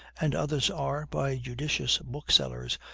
and others are, by judicious booksellers,